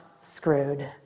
screwed